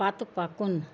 پتہٕ پکُن